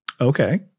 Okay